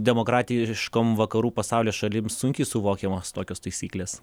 demokratiškom vakarų pasaulio šalims sunkiai suvokiamos tokios taisyklės